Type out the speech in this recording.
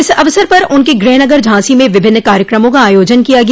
इस अवसर पर उनके गुह नगर झांसी में विभिन्न कार्यक्रमों का आयोजन किया गया